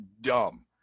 dumb